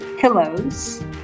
pillows